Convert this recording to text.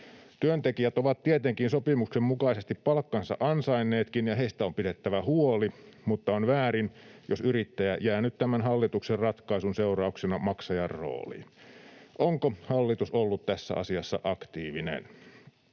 työntekijät ovat tietenkin sopimuksen mukaisesti palkkansa ansainneetkin ja heistä on pidettävä huoli, mutta on väärin, jos yrittäjä jää nyt tämän hallituksen ratkaisun seurauksena maksajan rooliin. Onko hallitus ollut tässä asiassa aktiivinen?